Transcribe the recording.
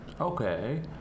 Okay